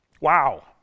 Wow